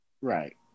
Right